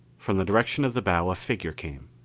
from the direction of the bow a figure came.